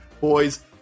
Boys